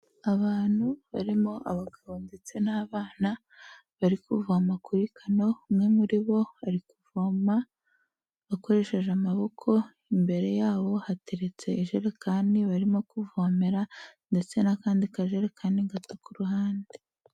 Abantu barimo abagabo ndetse n'abana bari kuvoma kuri kano, umwe muri bo ari kuvoma akoresheje amaboko, imbere yabo hateretse ijerekani barimo kuvomera ndetse n'akandi kajerekani gato ku ruhande.